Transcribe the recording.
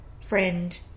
friend